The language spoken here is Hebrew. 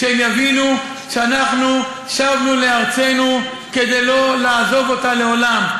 כשהם יבינו שאנחנו שבנו לארצנו כדי לא לעזוב אותה לעולם.